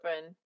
open